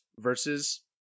versus